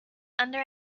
under